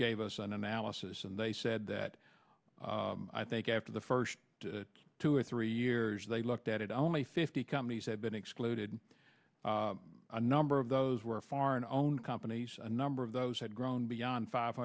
gave us an analysis and they said that i think after the first two or three years they looked at it only fifty companies had been excluded a number of those were foreign owned companies a number of those had grown beyond five